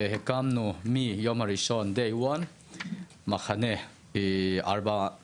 והקמנו מהיום הראשון מחנה בארבעה מקומות.